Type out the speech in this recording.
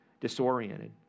disoriented